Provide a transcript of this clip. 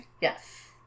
Yes